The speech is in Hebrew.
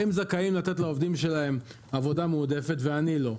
הם זכאים לתת לעובדים שלהם עבודה מועדפת ואני לא.